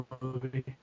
movie